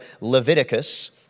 Leviticus